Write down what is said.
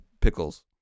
pickles